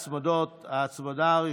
בעד, 14,